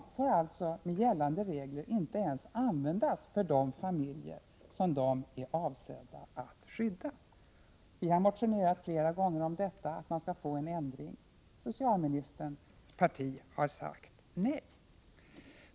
Dessa regler får enligt gällande bestämmelser inte ens användas för de familjer som de är avsedda att skydda. Vi har flera gånger motionerat om en ändring av detta. Socialministerns parti har sagt nej.